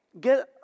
get